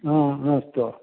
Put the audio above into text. हा अस्तु